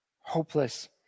hopeless